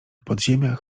podziemiach